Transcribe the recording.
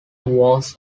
was